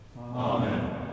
Amen